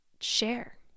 share